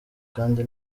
kandi